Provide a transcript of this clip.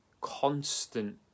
constant